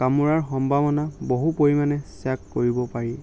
কামোৰাৰ সম্ভাৱনা বহু পৰিমাণে কৰিব পাৰি